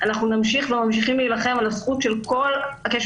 אני קורא לכם לשקול מחדש